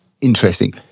interesting